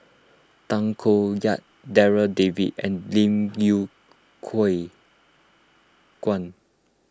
Tay Koh Yat Darryl David and Lim Yew Kuan